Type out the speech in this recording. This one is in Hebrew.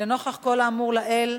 לנוכח כל האמור לעיל,